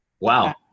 Wow